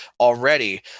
already